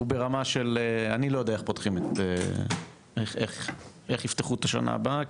ברמה שאני לא יודע איך יפתחו את השנה הבאה,